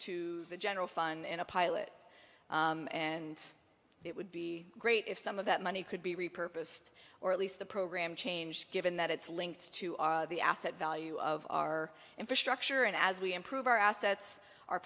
to the general fund in a pilot and it would be great if some of that money could be repurposed or at least the program changed given that it's linked to the asset value of our infrastructure and as we improve our assets